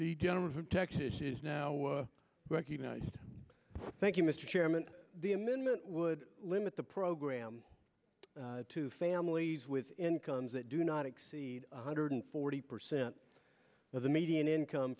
the gentleman from texas is now recognized thank you mr chairman the amendment would limit the program to families with incomes that do not exceed one hundred forty percent of the median income